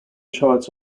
charts